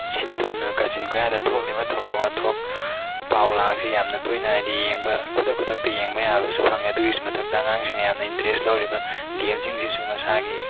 ꯁꯤꯟ ꯊꯨꯡꯅ ꯀꯥꯆꯤꯟ ꯀꯣꯏꯌꯥꯗ ꯊꯣꯛꯂꯤꯕ ꯊꯧꯗꯣꯛ ꯋꯥꯊꯣꯛ ꯄꯥꯎ ꯂꯥꯡꯁꯦ ꯌꯥꯝꯅ ꯇꯣꯏꯅ ꯍꯥꯏꯗꯤ ꯌꯦꯡꯕ ꯈꯨꯗꯛ ꯈꯨꯗꯛꯇ ꯌꯦꯡꯕ ꯌꯥꯕꯁꯨ ꯐꯪꯉꯦ ꯑꯗꯨꯒꯤꯁꯨ ꯃꯊꯛꯇ ꯑꯉꯥꯡꯁꯤꯡꯅ ꯌꯥꯝꯅ ꯏꯟꯇꯔꯦꯁ ꯂꯧꯔꯤꯕ ꯒꯦꯝꯁꯤꯡꯁꯤꯁꯨ ꯃꯁꯥꯒꯤ